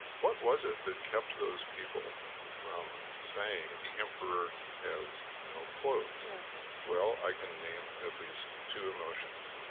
what was it that kept those people from saying the emperor has no clothes? right well, i can name at least two emotions.